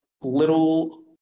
little